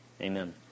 Amen